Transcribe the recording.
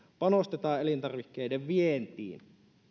panostetaan elintarvikkeiden vientiin